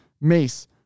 Mace